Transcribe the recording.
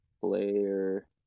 player